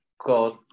god